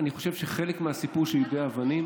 אני חושב שחלק מהסיפור של יידויי אבנים